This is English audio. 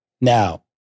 Now